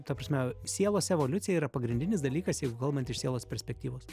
ta prasme sielos evoliucija yra pagrindinis dalykas jeigu kalbant iš sielos perspektyvos